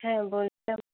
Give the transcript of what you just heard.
হ্যাঁ বলছিলাম